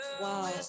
Wow